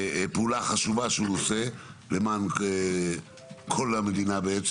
הפעולה החשובה שהוא עושה למען כל המדינה.